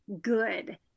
good